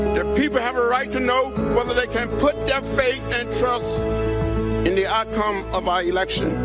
the people have a right to know whether they can put their faith and trust in the outcome of our election.